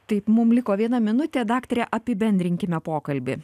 taip mums liko viena minutė daktare apibendrinkime pokalbį